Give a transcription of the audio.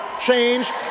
change